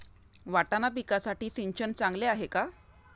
वाटाणा पिकासाठी सिंचन चांगले आहे का?